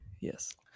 Yes